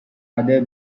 other